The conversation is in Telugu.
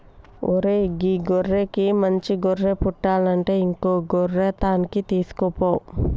ఓరై గీ గొర్రెకి మంచి గొర్రె పుట్టలంటే ఇంకో గొర్రె తాన్కి తీసుకుపో